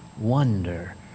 wonder